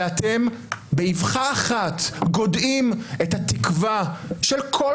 ואתם באבחה אחת גודעים את התקווה של כל